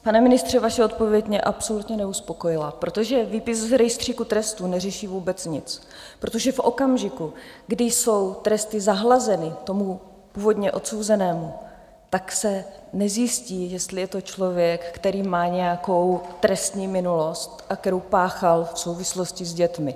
Pane ministře, vaše odpověď mě absolutně neuspokojila, protože výpis z rejstříku trestů neřeší vůbec nic, protože v okamžiku, kdy jsou tresty zahlazeny tomu původně odsouzenému, tak se nezjistí, jestli je to člověk, který má nějakou trestní minulost, kterou páchal v souvislosti s dětmi.